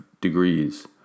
degrees